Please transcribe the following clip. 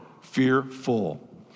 fearful